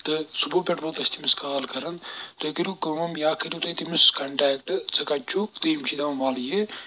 تہٕ صُبحو پؠٹھ ووٚنۍ تٔمِس کال کَرَان تُہۍ کٔرِو کٲم یا کٔرِو تُہۍ تٔمِس کَنٹیکٹ ژٕ کَتہِ چھُکھ تُہۍ ییٚمِس چھِ دَپان وَل یہِ